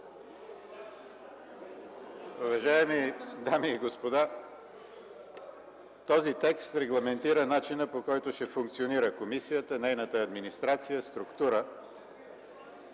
Уважаеми дами и господа, този текст регламентира начинът, по който ще функционира комисията, нейната администрация, структура.